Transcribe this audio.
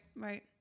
right